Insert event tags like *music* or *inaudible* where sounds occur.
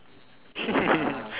*laughs*